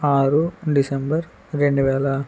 ఆరు డిసెంబర్ రెండువేల